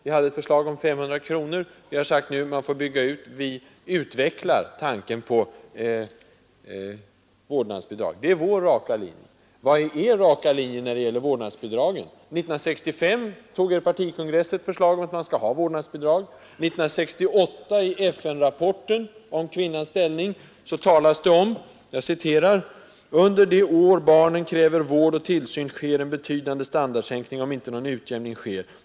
Vi hade ett förslag om 500 kronor, och nu har vi sagt att det bör byggas ut och vi utvecklar tanken på vårdnadsbidrag. Det är vår raka linje. Vilken är er raka linje när det gäller vårdnadsbidragen? 1965 antog er partikongress ett förslag om vårdnadsbidrag. I FN-rapporten 1968 om kvinnans ställning sägs: ”Under de år barnen kräver vård och tillsyn sker en betydande standardsänkning, om inte någon utjämning sker.